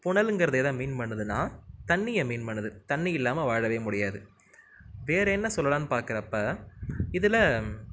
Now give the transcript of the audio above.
புனலுங்குறது எத மீன் பண்ணுதுனா தண்ணியை மீன் பண்ணுது தண்ணி இல்லாமல் வாழவே முடியாது வேற என்ன சொல்லலாம்னு பார்க்குறப்ப இதில்